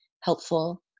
helpful